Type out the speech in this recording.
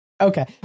Okay